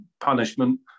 punishment